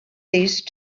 these